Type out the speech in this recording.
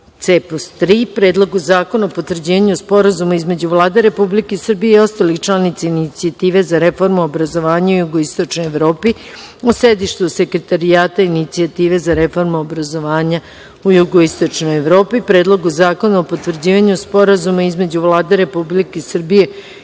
III), Predlogu zakona o potvrđivanju Sporazuma između Vlade Republike Srbije i ostalih članica Inicijative za reformu obrazovanja u Jugoističnoj Evropi u sedištu Sekretarijata Inicijative za reformu obrazovanja u Jugoističnoj Evropi, Predlogu zakona o potvrđivanju Sporazuma između Vlade Republike Srbije